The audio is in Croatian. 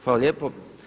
Hvala lijepo.